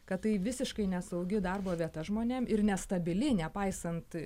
kad tai visiškai nesaugi darbo vieta žmonėm ir nestabili nepaisant